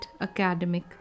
academic